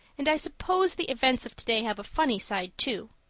and i suppose the events of today have a funny side too.